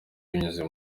binyuze